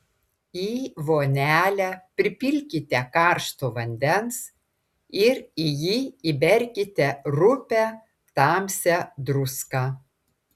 į vonelę pripilkite karšto vandens ir į jį įberkite rupią tamsią druską